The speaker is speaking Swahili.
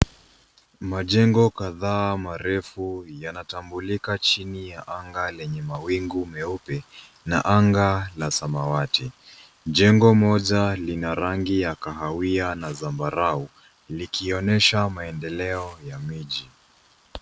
Majengo kataa marefu yanatambulika jini ya angaa lenye mawingu meupe na angaa la samawati. Jengo moja lina rangi ya kawia na sambarau likionyesha maendeleo ya miji.